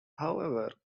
however